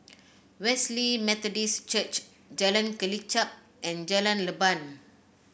Wesley Methodist Church Jalan Kelichap and Jalan Leban